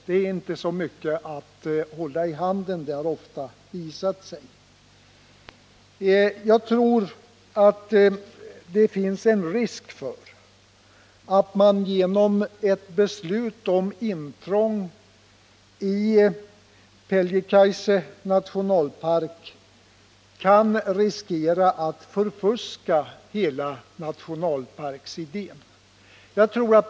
123 Det har ofta visat sig att det inte är så mycket att hålla sig till. Jag tror att det finns en risk för att man genom ett beslut om intrång i Pieljekaise nationalpark förfuskar hela nationalparksidén.